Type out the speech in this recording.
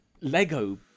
Lego